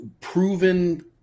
proven